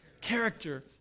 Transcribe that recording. character